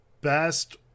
best